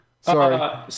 Sorry